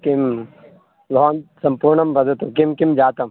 किं भवान् सम्पूर्णं वदतु किं किं जातं